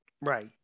Right